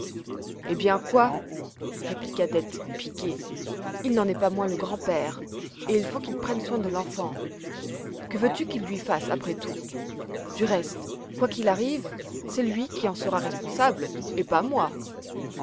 eh bien quoi répliqua dete piquée il n'en est pas moins le grand-père et il faut qu'il prenne soin de l'enfant que veux-tu qu'il lui fasse après tout du reste quoi qu'il arrive c'est lui qui en sera responsable et pas moi